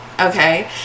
Okay